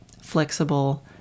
flexible